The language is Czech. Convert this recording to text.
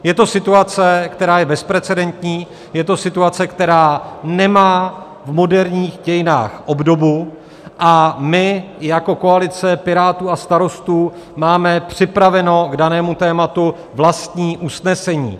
Je to situace, která je bezprecedentní, je to situace, která nemá v moderních dějinách obdobu, a my jako koalice Pirátů a Starostů máme připraveno k danému tématu vlastní usnesení.